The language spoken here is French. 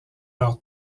leur